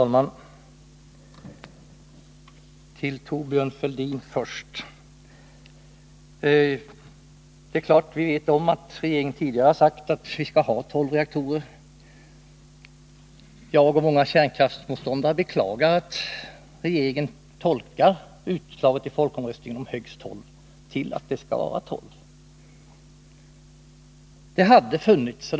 Fru talman! Till Thorbjörn Fälldin vill jag först säga att det är klart att vi vet att regeringen tidigare sagt att vi skall ha tolv reaktorer. Jag och många andra kärnkraftsmotståndare beklagar att regeringen tolkar utslaget i folkomröstningen om högst tolv reaktorer till att det skall vara tolv.